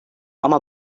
ama